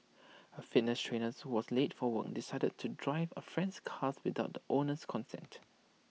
A fitness trainer was late for work decided to drive A friend's car without the owner's consent